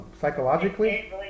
Psychologically